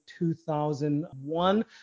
2001